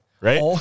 right